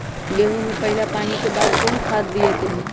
गेंहू में पहिला पानी के बाद कौन खाद दिया के चाही?